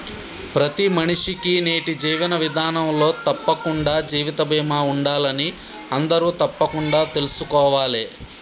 ప్రతి మనిషికీ నేటి జీవన విధానంలో తప్పకుండా జీవిత బీమా ఉండాలని అందరూ తప్పకుండా తెల్సుకోవాలే